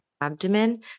abdomen